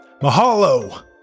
Mahalo